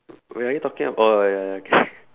wait are you talking about a